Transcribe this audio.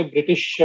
British